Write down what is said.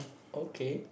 okay